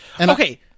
Okay